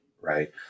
Right